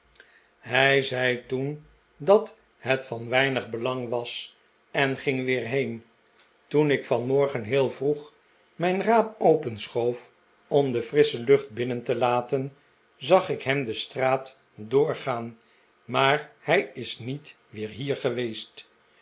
hij zei toen dat het van weinig belang was en ging weer weg toen ik vanmorgen heel vroeg mijn raam openschoof om de frissche lucht binnen te laten zag ik hem de straat doorgaan maar hij is niet weer hier geweest